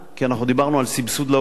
כי אנחנו דיברנו על סבסוד להורים,